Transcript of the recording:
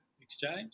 exchange